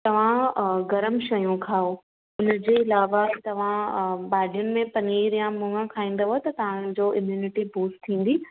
तव्हां गरम शयूं खाओ हुन जे अलावा तव्हां भाॼियुनि में पनीर या मूङ खाईंदव त तव्हांजो इम्युनिटी बूस्ट थींदी